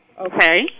Okay